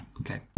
Okay